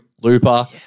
Looper